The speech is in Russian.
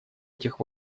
этих